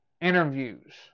interviews